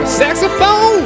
saxophone